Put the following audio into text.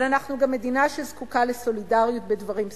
אבל אנחנו גם מדינה שזקוקה לסולידריות בדברים בסיסיים.